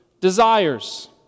desires